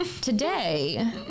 today